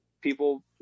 people